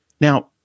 Now